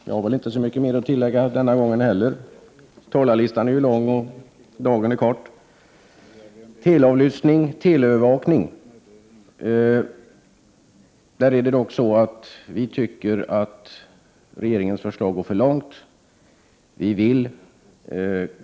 Herr talman! Jag har inte heller denna gång så mycket mer att tillägga. Talarlistan är lång och dagen är kort. Vi i miljöpartiet tycker att regeringens förslag går för långt när det gäller teleavlyssning och teleövervakning.